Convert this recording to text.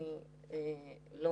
מגלים התעניינות זה נחמד.